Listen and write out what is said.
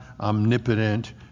omnipotent